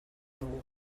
dugu